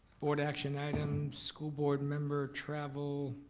board action items school board member travel